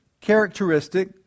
characteristic